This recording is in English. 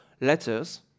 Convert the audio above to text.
letters